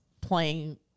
playing